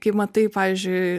kai matai pavyzdžiui